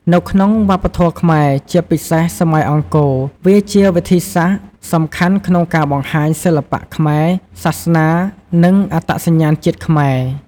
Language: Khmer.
នៅក្នុងវប្បធម៌ខ្មែរ ជាពិសេសសម័យអង្គរ វាជាវិធីសាស្រ្តសំខាន់ក្នុងការបង្ហាញសិល្បៈខ្នែរ សាសនា និងអត្តសញ្ញាណជាតិខ្មែរ។